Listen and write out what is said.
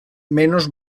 menos